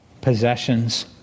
possessions